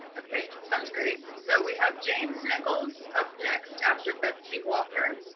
ok. sounds great. so we have james nichols up next after betsy walker.